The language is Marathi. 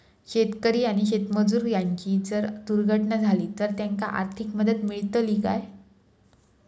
शेतकरी आणि शेतमजूर यांची जर दुर्घटना झाली तर त्यांका आर्थिक मदत मिळतली काय?